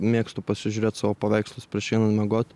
mėgstu pasižiūrėt savo paveikslus prieš einant miegot